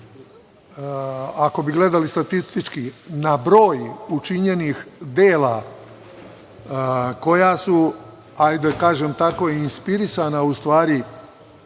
ako bi gledali statistički, na broj učinjenih dela koja su, hajde da kažem tako, inspirisana, u stvari